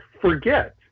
forget